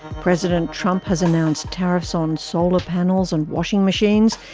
president trump has announced tariffs on solar panels and washing machines,